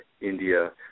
India